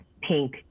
pink